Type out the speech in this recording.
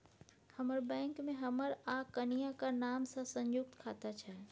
हमर बैंक मे हमर आ कनियाक नाम सँ संयुक्त खाता छै